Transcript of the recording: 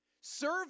serve